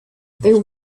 they